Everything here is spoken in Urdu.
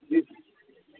جی